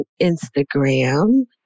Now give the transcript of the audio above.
Instagram